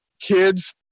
kids